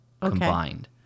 Combined